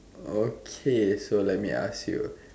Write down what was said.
okay so let me ask you